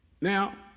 Now